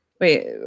Wait